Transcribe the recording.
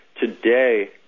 today